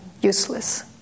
useless